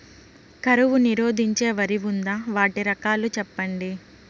కరువు నిరోధించే వరి ఉందా? వాటి రకాలు చెప్పండి?